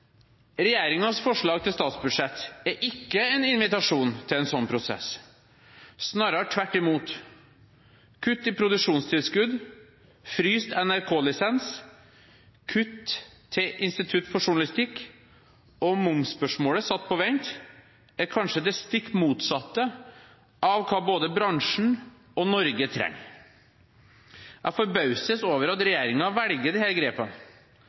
forslag til statsbudsjett er ikke en invitasjon til en sånn prosess, snarere tvert imot. Kutt i produksjonstilskudd, frosset NRK-lisens, kutt til Institutt for journalistikk og momsspørsmålet satt på vent er kanskje det stikk motsatte av hva både bransjen og Norge trenger. Jeg forbauses over at regjeringen velger disse grepene. Enten er det